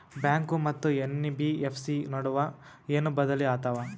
Bank ಮತ್ತ NBFC ನಡುವ ಏನ ಬದಲಿ ಆತವ?